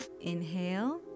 Inhale